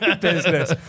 business